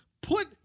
put